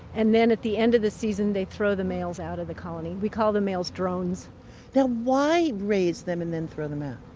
and then at the end of the season they throw the males out of the colony. we call the males drones why raise them and then throw them out?